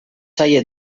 zaie